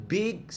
big